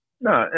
No